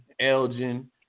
Elgin